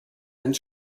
and